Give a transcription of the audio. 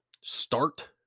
start